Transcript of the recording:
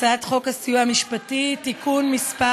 הצעת חוק הסיוע המשפטי (תיקון מס'